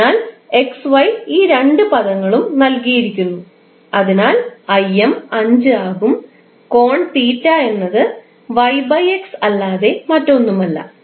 അതിനാൽ x y ഈ രണ്ട് പദങ്ങളും നൽകിയിരിക്കുന്നു അതിനാൽ 5 ആകും കോൺ തീറ്റ എന്നത് അല്ലാതെ മറ്റൊന്നുമല്ല